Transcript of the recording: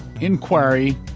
inquiry